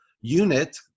unit